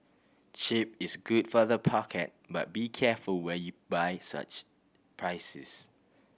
cheap is good for the pocket but be careful where you buy such prices